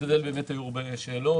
נשתדל, היו הרבה שאלות